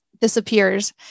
disappears